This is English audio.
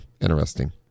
interesting